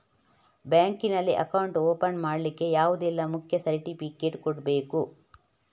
Bank ನಲ್ಲಿ account open ಮಾಡ್ಲಿಕ್ಕೆ ಯಾವುದೆಲ್ಲ ಮುಖ್ಯ ಸರ್ಟಿಫಿಕೇಟ್ ಕೊಡ್ಬೇಕು?